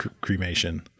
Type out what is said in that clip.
Cremation